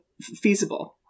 feasible